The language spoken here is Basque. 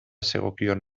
zegokion